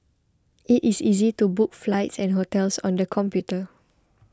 it is easy to book flights and hotels on the computer